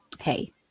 hey